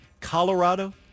Colorado